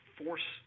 force